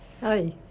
Hi